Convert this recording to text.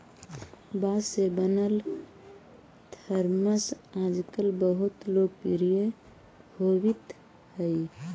बाँस से बनल थरमस आजकल बहुत लोकप्रिय होवित हई